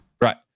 Right